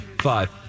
five